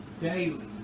Daily